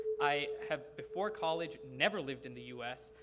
i have, before college, never lived in the us,